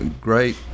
great